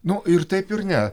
nu ir taip ir ne